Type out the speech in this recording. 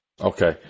Okay